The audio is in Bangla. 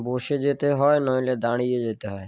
বসে যেতে হয় নইলে দাঁড়িয়ে যেতে হয়